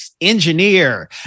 engineer